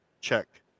check